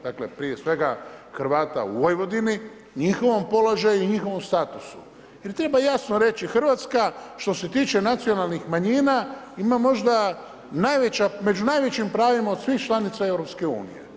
Dakle, prije svega Hrvata u Vojvodini, njihovom položaju i njihovom statusu jer treba jasno reći Hrvatska što se tiče nacionalnih manjina ima možda među najvećim pravima od svih članica EU.